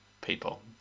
people